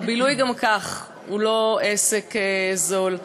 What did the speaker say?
הבילוי גם כך הוא לא עסק זול.